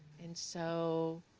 and, so,